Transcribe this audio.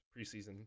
preseason